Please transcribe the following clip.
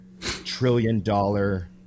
trillion-dollar